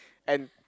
and